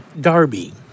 Darby